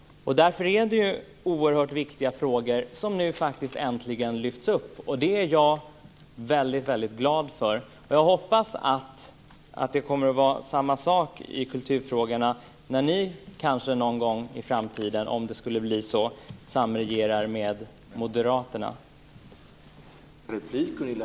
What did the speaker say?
Det är oerhört viktiga frågor som nu faktiskt äntligen lyfts upp. Det är jag väldigt glad för, och jag hoppas att det kommer att vara samma sak i kulturfrågorna när ni kanske någon gång i framtiden, om det skulle bli så, samregerar med Moderaterna.